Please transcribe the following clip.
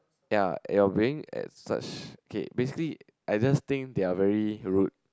ya you're playing at such okay basically I just think they are very rude